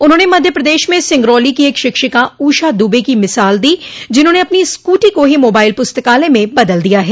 उन्होंने मध्य प्रदेश में सिंगरौली की एक शिक्षिका ऊषा द्रबे की मिसाल दी जिन्होंने अपनी स्कूटी को ही मोबाइल पुस्तकालय में बदल दिया है